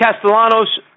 Castellanos